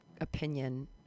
opinion